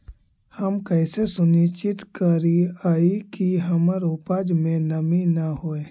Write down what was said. हम कैसे सुनिश्चित करिअई कि हमर उपज में नमी न होय?